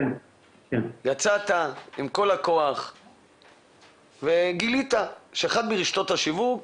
יצאת עם כל הכוח וגילית שאחת מרשתות השיווק